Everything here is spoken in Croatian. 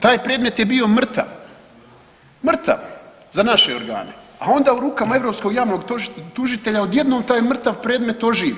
Taj predmet je bio mrtav, mrtav za naše organe, a onda u rukama europskog javnog tužitelja odjednom taj mrtav predmet oživi.